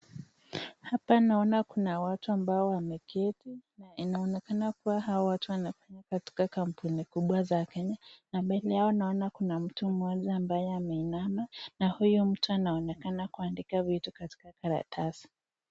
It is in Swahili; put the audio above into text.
Hapa naona kuna watu ambao wameketi. Inaonekana kuwa hawa watu wako katika kampuni kubwa za Kenya na mbele yao naona kuna mtu moja ambaye ameinama. Na huyo mtu anaonekana kuandika vitu kwenye karatasi.